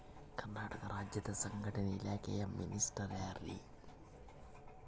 ಕರ್ನಾಟಕ ರಾಜ್ಯದ ಸಂಘಟನೆ ಇಲಾಖೆಯ ಮಿನಿಸ್ಟರ್ ಯಾರ್ರಿ?